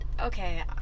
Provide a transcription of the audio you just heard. Okay